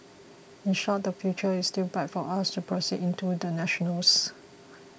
in short the future is still bright for us to proceed into the national's